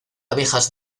abejas